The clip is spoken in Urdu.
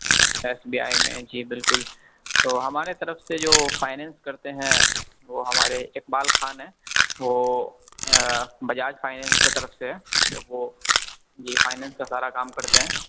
اچھا ایس بی آئی میں جی بالکل تو ہمارے طرف سے جو فائنس کرتے ہیں وہ ہمارے اقبال خان ہیں وہ بجاج فائنینس کے طرف سے ہے تو وہ جی فائنینس کا سارا کام کرتے ہیں